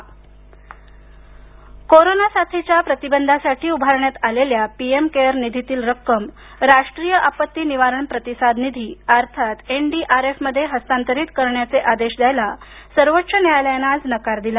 PM care सर्वोच्च न्यायालय कोरोनाच्या साथीच्या प्रतिबंधासाठी उभारण्यात आलेल्या पीएम केअर निधीतील रक्कम राष्ट्रीय आपत्ती निवारण प्रतिसाद निधी अर्थात एनडीआरएफमध्ये हस्तांतरित करण्याचे आदेश द्यायला सर्वोच्च न्यायालायानं आज नकार दिला